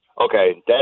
Okay